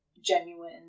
genuine